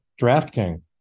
DraftKings